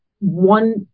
one